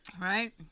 Right